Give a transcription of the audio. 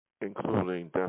including